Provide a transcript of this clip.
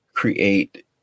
create